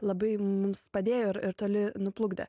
labai mums padėjo ir ir toli nuplukdė